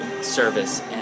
service